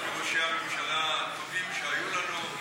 אחד מראשי הממשלה הטובים שהיו לנו,